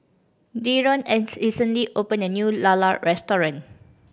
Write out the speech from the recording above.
Deron recently opened a new lala restaurant